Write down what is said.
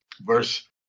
Verse